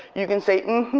you can say